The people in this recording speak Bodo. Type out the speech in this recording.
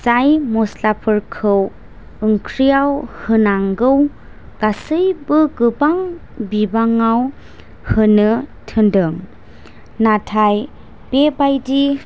जाय मस्लाफोरखौ ओंख्रियाव होनांगौ गासैबो गोबां बिबाङाव होनो थिनदों नाथाय बेबायदि